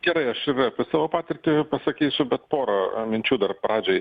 gerai aš apie savo patirtį pasakysiu bet pora a minčių dar pradžiai